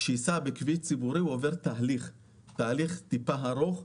שייסע בכביש ציבורי הוא עובר תהליך שהוא קצת ארוך.